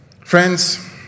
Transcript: Friends